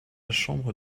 chambre